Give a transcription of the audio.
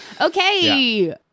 Okay